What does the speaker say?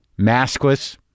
maskless